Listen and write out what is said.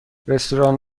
رستوران